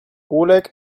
oleg